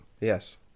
Yes